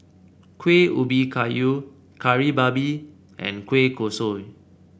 Kuih Ubi Kayu Kari Babi and Kueh Kosui